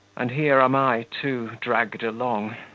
and here am i too dragged along.